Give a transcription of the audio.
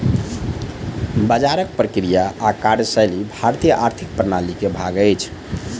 बजारक प्रक्रिया आ कार्यशैली भारतीय आर्थिक प्रणाली के भाग अछि